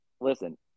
Listen